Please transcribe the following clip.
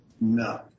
no